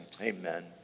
Amen